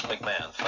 McMahon